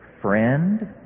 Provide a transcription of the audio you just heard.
Friend